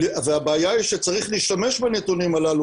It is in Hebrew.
והבעיה היא שצריך להשתמש בנתונים הללו